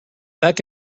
back